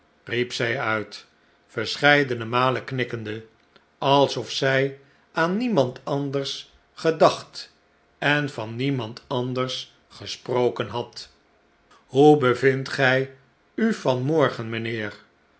riep zij uit verscheidene malen knikkende alsof zij aan niemand anders gedacht en van niemand anders gesproken had hoe bevindt gij u